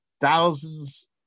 thousands